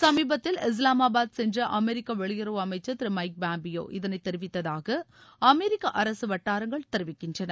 சுமீபத்தில் இஸ்லாமாபாத் சென்ற அமெரிக்க வெளியுறவு அமைச்சர் திரு மைக் பாம்பியோ இதனை தெரிவித்ததாக அமெரிக்க அரசு வட்டாரங்கள் தெரிவிக்கினறன